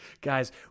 guys